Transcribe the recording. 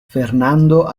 fernando